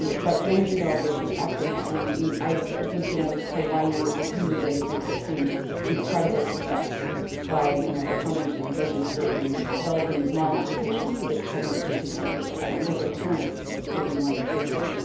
but language legalization is absolutely happening and i think, you know, hawaii is a really great example of seeing incredible success by, you know, accommodation of immerging schools and developing these modern applications to children speaking the language again and get their parents speaking the language with them,